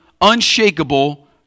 unshakable